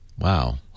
Wow